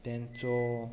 तांचो